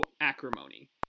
acrimony